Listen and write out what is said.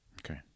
Okay